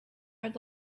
would